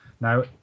Now